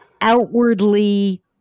outwardly